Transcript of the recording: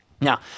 Now